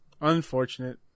Unfortunate